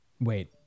Wait